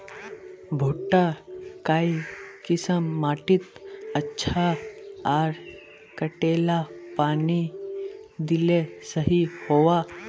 भुट्टा काई किसम माटित अच्छा, आर कतेला पानी दिले सही होवा?